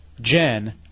Jen